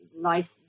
life